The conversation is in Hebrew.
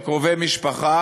של קרובי משפחה,